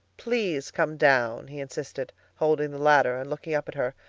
please come down, he insisted, holding the ladder and looking up at her.